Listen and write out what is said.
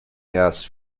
gas